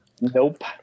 Nope